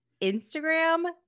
Instagram